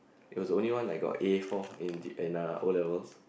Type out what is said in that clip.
is was only one I got A four in the N and O-levels